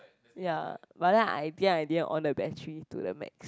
ya but then I think I didn't on the battery to the max